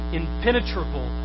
impenetrable